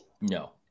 No